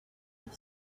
have